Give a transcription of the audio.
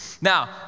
Now